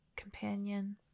companion